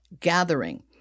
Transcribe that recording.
gathering